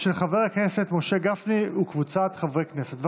של חבר הכנסת משה גפני וקבוצת חברי כנסת.